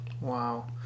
Wow